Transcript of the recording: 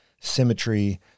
Symmetry